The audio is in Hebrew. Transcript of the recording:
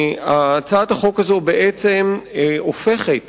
הצעת החוק הזו בעצם הופכת